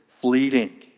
fleeting